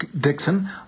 Dixon